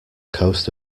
coast